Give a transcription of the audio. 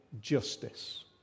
justice